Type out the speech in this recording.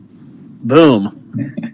Boom